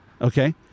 okay